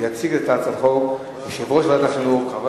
יציג את הצעת החוק יושב-ראש ועדת החינוך,